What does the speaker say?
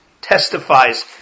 testifies